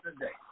today